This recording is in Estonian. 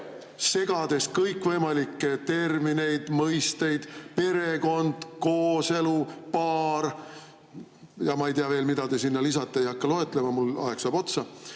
segades kõikvõimalikke termineid, mõisteid: perekond, kooselu, paar ja ma ei tea veel, mida te sinna lisate, ei hakka loetlema, mul aeg saab otsa.